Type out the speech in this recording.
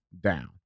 down